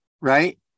right